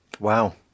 Wow